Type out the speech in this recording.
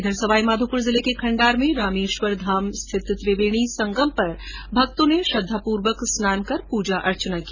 इधर सवाईमाधोपुर जिले के खण्डार में रामेश्वर धाम स्थित त्रिवेणी संगम पर आज भक्तों ने श्रद्धापूर्वक स्नान कर पूजा अर्चना की